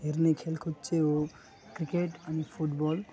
हेर्ने खेलकुद चाहिँ हो क्रिकेट अनि फुट बल